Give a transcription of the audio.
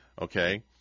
okay